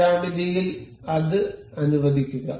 മറ്റേതെങ്കിലും ജ്യാമിതിയിൽ അത് അനുവദിക്കുക